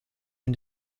and